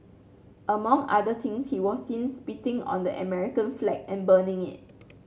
among other things he was seen spitting on the American flag and burning it